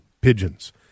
pigeons